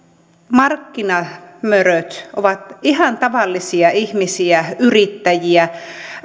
markkinamöröt ovat ihan tavallisia ihmisiä yrittäjiä